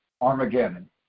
Armageddon